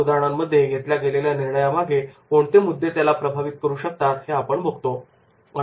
या उदाहरणांमध्ये घेतल्या गेलेल्या निर्णयामागे कोणते मुद्दे त्याला प्रभावित करू शकतात हे आपण बघतो